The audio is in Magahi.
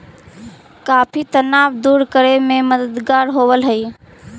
कॉफी तनाव दूर करे में मददगार होवऽ हई